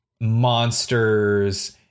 monsters